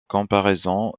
comparaison